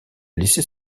laisser